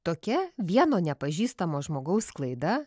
tokia vieno nepažįstamo žmogaus klaida